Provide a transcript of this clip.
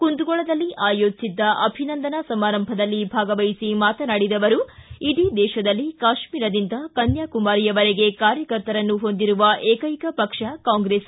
ಕುಂದಗೋಳದಲ್ಲಿ ಆಯೋಜಿಸಿದ್ದ ಅಭಿನಂದನಾ ಸಮಾರಂಭದಲ್ಲಿ ಭಾಗವಹಿಸಿ ಮಾತನಾಡಿದ ಅವರು ಇಡೀ ದೇಶದಲ್ಲಿ ಕಾಶ್ನೀರದಿಂದ ಕನ್ನಾಕುಮಾರಿವರೆಗೆ ಕಾರ್ಯಕರ್ತರನ್ನು ಹೊಂದಿರುವ ಏಕೈಕ ಪಕ್ಷ ಕಾಂಗ್ರೆಸ್